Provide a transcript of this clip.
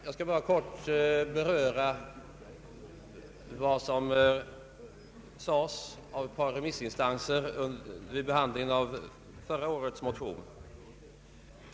Jag skall bara kort beröra vad som anfördes av ett par remissinstanser vid behandlingen av förra årets motion i ämnet.